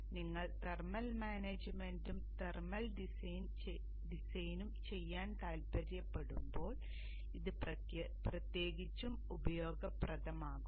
അതിനാൽ നിങ്ങൾ തെർമൽ മാനേജ്മെന്റും തെർമൽ ഡിസൈനും ചെയ്യാൻ താൽപ്പര്യപ്പെടുമ്പോൾ ഇത് പ്രത്യേകിച്ചും ഉപയോഗപ്രദമാകും